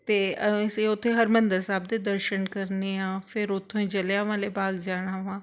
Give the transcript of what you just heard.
ਅਤੇ ਅਸੀਂ ਉੱਥੇ ਹਰਿਮੰਦਰ ਸਾਹਿਬ ਦੇ ਦਰਸ਼ਨ ਕਰਨੇ ਆ ਫਿਰ ਉੱਥੋਂ ਹੀ ਜਲਿਆਂਵਾਲੇ ਬਾਗ ਜਾਣਾ ਵਾ